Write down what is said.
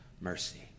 mercy